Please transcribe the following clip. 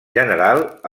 general